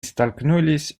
столкнулись